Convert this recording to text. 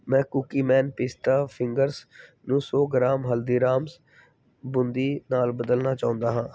ਮੈਂ Cookieman pista fingers ਨੂੰ ਸੌ ਗ੍ਰਾਮ ਹਲਦੀਰਾਮਸ ਬੂੰਦੀ ਨਾਲ ਬਦਲਣਾ ਚਾਹੁੰਦਾ ਹਾਂ